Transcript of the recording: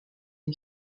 est